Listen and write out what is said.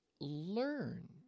learn